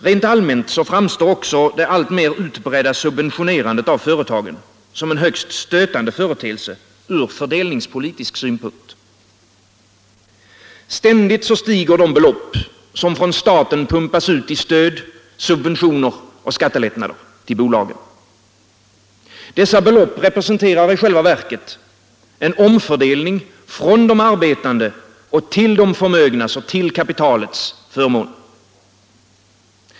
Rent allmänt framstår också det alltmer utbredda subventionerandet av företagen som en högst stötande företeelse från fördelningspolitisk synpunkt. Ständigt stiger de belopp som från staten pumpas ut i stöd, subventioner och skattelättnader till bolagen. Dessa belopp representerar i själva verket en omfördelning från de arbetande till de förmögnas och till kapitalets förmån.